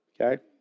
Okay